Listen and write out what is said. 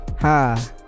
Ha